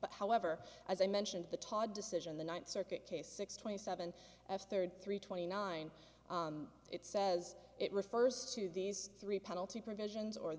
but however as i mentioned the todd decision the ninth circuit case six twenty seven s third three twenty nine it says it refers to these three penalty provisions or